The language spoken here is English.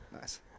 Nice